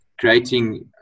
creating